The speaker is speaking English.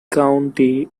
county